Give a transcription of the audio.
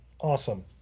awesome